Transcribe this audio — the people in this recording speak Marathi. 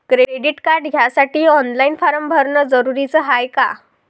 क्रेडिट कार्ड घ्यासाठी ऑनलाईन फारम भरन जरुरीच हाय का?